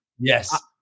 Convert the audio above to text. Yes